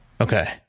Okay